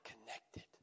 connected